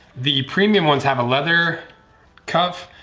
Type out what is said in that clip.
the premium ones have a leather cuff.